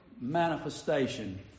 manifestation